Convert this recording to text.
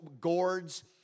gourds